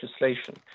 legislation